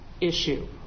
issue